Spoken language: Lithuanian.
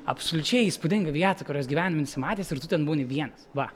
absoliučiai įspūdinga vieta kurios gyvenime matęs ir tu ten būni vienas va